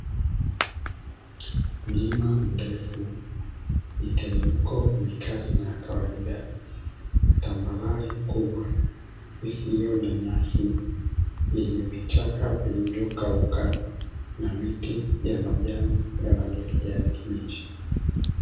Mlima mrefu, miteremko mikali na ya kawaida, tambarare kubwa isiyo na nyasi, yenye vichaka vilivyokauka na miti ya majani ya rangi ya kijani kibichi.